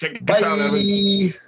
bye